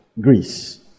greece